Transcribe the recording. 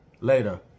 Later